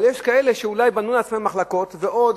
אבל יש כאלה שאולי בנו לעצמם מחלקות ועוד